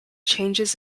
changes